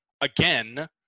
again